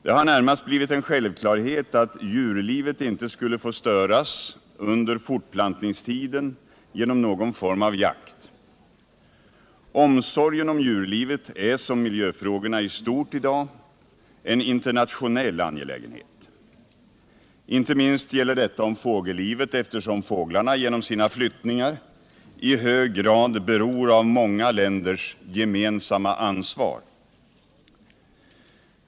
Det har närmast blivit en självklarhet att djurlivet inte skulle få störas under fortplantningstiden genom någon form av jakt. Omsorgen om djurlivet är som miljöfrågorna i stort i dag en internationell angelägenhet. Inte minst gäller detta om fågellivet, eftersom fåglarna genom sina flyttningar i hög grad är beroende av många länders gemensamma ansvar.